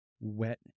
wet